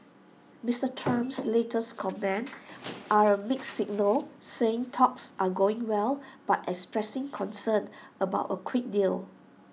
Mister Trump's latest comments are A mixed signal saying talks are going well but expressing concern about A quick deal